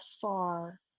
far